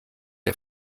der